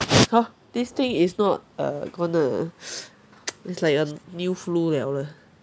!huh! this thing is not uh gonna it's like a new flu liao lah